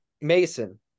Mason